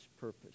purpose